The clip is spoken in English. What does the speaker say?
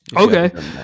okay